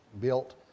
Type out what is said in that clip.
built